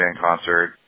concert